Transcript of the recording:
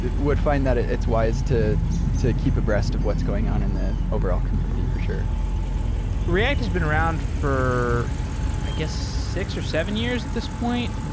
would fi nd that it's wise to to keep abreast of what's going on in the overall community, for sure react has been around for i guess six or seven years at this point.